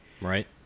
right